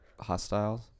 Hostiles